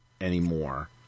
anymore